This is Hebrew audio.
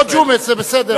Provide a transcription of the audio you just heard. או ג'ומס, זה בסדר.